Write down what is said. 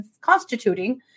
constituting